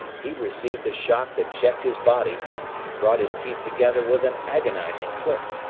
he received a shock that checked his body and brought his teeth together with an agonizing clip.